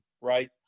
right